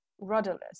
rudderless